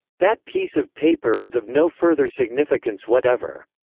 that piece of paper is of no further significance whatever.